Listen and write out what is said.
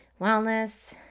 wellness